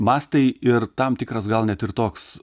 mastai ir tam tikras gal net ir toks